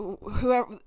whoever